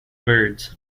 birds